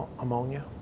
ammonia